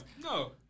no